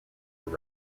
were